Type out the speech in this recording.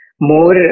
more